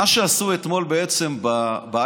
מה שעשו אתמול באייטמים,